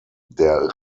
der